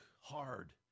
hard